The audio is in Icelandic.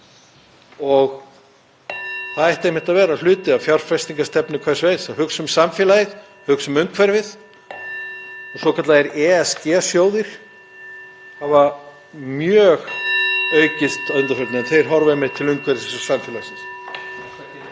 og það ætti einmitt að vera hluti af fjárfestingarstefnu hvers og eins að hugsa um samfélagið, hugsa um umhverfið. Svokallaðir ESG-sjóðir hafa mjög aukist að undanförnu en þeir horfa einmitt til umhverfis og samfélags.